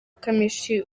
kamichi